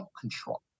control